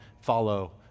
follow